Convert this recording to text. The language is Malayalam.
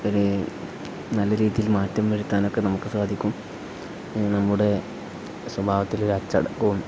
ഒരു നല്ല രീതിയിൽ മാറ്റം വരുത്താൻ ഒക്കെ നമുക്ക് സാധിക്കും നമ്മുടെ സ്വഭാവത്തിലൊരു അച്ചടക്കവും